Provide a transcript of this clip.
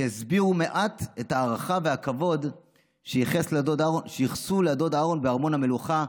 שיסבירו מעט את ההערכה והכבוד שייחסו לדוד אהרן בארמון המלוכה.